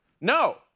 No